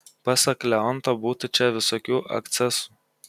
pasak leonto būta čia visokių akcesų